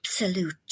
Absolute